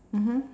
mmhmm